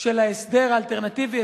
של ההסדר האלטרנטיבי,